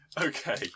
Okay